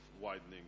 widening